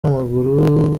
n’amaguru